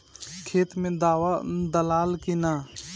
खेत मे दावा दालाल कि न?